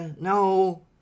No